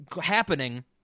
happening